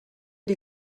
die